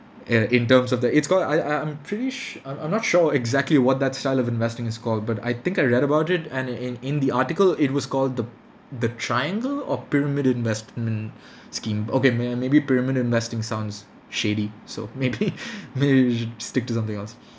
uh in terms of the it's called I I I'm pretty su~ I'm I'm not sure exactly what that style of investing is called but I think I read about it and in in the article it was called the the triangle or pyramid investment scheme okay may~ maybe pyramid investing sounds shady so maybe maybe we should stick to something else